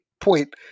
point